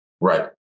right